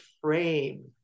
frame